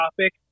topic